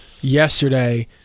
yesterday